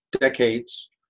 decades